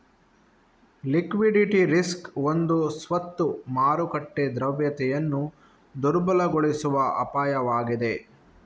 liquidity risk ಒಂದು ಸ್ವತ್ತು ಮಾರುಕಟ್ಟೆ ದ್ರವ್ಯತೆಯನ್ನು ದುರ್ಬಲಗೊಳಿಸುವ ಅಪಾಯವಾಗಿದೆ